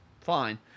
fine